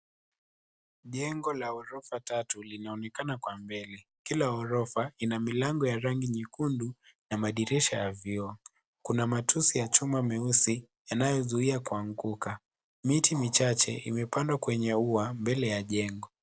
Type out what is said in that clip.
Jengo la ghorofa tatu linaonekana kwa mbele. Kila ghorofa ina milango ya rangi nyekundu na madirisha ya vioo. Kuna matusi ya chuma meusi yanayozuia kuanguka. Miti michache imepandwa kwenye ua mbele ya jengo.